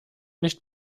nicht